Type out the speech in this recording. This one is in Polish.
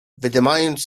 wydymając